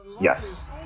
yes